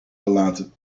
gelaten